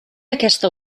aquesta